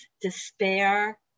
despair